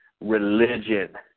Religion